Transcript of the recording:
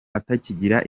atakigira